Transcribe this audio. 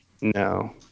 No